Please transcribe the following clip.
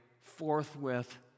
forthwith